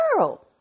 girl